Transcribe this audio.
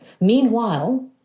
Meanwhile